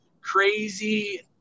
crazy